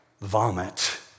Vomit